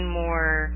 more